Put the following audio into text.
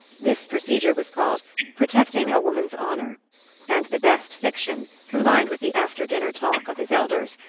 this procedure was called protecting a woman's honour and the best fiction, combined with the after-dinner talk of his elders,